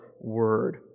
Word